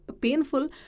painful